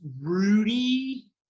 rudy